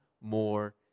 more